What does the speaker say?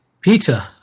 Peter